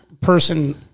person